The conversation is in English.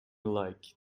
like